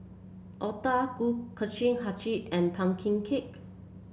otah Kuih Kacang hijau and pumpkin cake